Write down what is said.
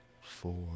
four